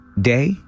day